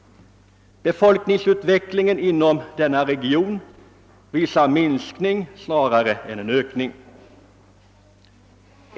Befolkningen inom denna region minskar snarare än ökar.